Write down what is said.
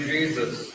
Jesus